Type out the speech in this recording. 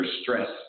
stress